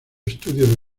estudio